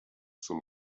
zum